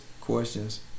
questions